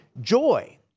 joy